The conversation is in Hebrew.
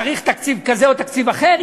צריך תקציב כזה או תקציב אחר,